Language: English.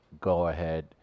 go-ahead